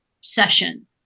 session